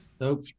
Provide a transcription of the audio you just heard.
Nope